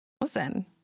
listen